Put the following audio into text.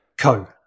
Co